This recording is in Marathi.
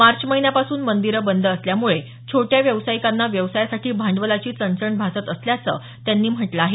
मार्च महिन्यापासून मंदिरं बंद असल्यामुळे छोट्या व्यावसायिकांना व्यवसायासाठी भांडवलाची चणचण भासत असल्याचं त्यांनी म्हटलं आहे